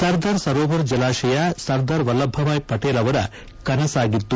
ಸರ್ದಾರ್ ಸರೋವರ್ ಜಲಾಶಯ ಸರ್ದಾರ್ ವಲ್ಲಭಾ ಭಾಯ್ ಪಟೇಲ್ ಅವರ ಕನಸಾಗಿತ್ತು